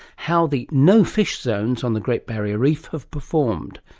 how the no-fish zones on the great barrier reef have performed,